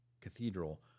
cathedral